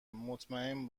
مطمئن